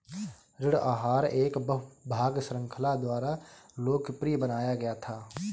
ऋण आहार एक बहु भाग श्रृंखला द्वारा लोकप्रिय बनाया गया था